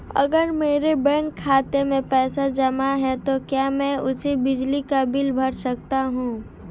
अगर मेरे बैंक खाते में पैसे जमा है तो क्या मैं उसे बिजली का बिल भर सकता हूं?